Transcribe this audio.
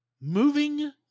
moving